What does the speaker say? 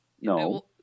no